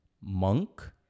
monk